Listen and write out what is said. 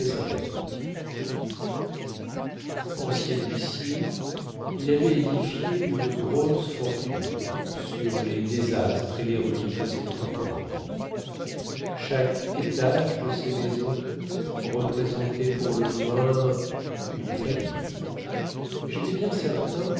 sympathique ancien huissier il avait édifié une grosse fortune sur les désastres et les ruines de ses contemporains chaque étage de ses maisons représentait pour le moins une faillite et jétais bien certain